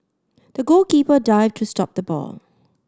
the goalkeeper dived to stop the ball